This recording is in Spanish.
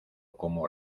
como